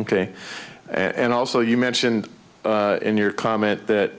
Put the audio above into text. ok and also you mentioned in your comment that